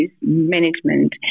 management